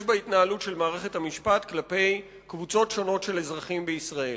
בהתנהלות של מערכת המשפט כלפי קבוצות שונות של אזרחים בישראל.